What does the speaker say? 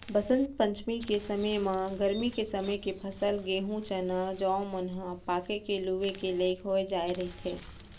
बसंत पंचमी के समे म गरमी के समे के फसल गहूँ, चना, जौ मन ह पाके के लूए के लइक हो जाए रहिथे